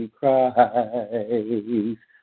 Christ